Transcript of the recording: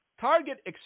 Target